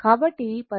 కాబట్టి 14